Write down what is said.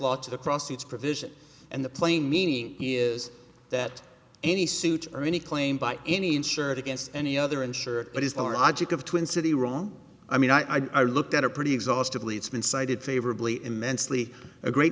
to the cross it's provision and the plain meaning is that any suit or any claim by any insured against any other insurer but is our object of twin city wrong i mean i looked at a pretty exhaustive lee it's been cited favorably immensely a great